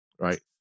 right